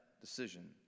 decision